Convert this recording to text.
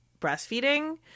breastfeeding